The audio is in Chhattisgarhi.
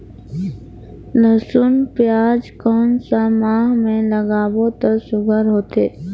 लसुन पियाज कोन सा माह म लागाबो त सुघ्घर होथे?